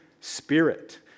spirit